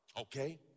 okay